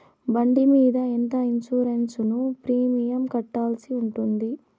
బండి మీద ఎంత ఇన్సూరెన్సు ప్రీమియం కట్టాల్సి ఉంటుంది?